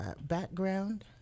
background